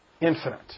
infinite